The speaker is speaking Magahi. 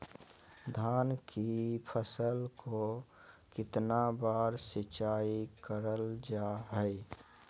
धान की फ़सल को कितना बार सिंचाई करल जा हाय?